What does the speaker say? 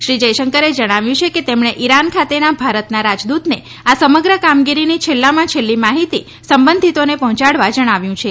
શ્રી જયશંકરે જણાવ્યું છે કે તેમણે ઇરાન ખાતેના ભારતના રાજદૂતને આ સમગ્ર કામગીરીની છેલ્લાં છેલ્લી માહિતી સંબંધિતોને પહોંચાડવા જણાવ્યું છે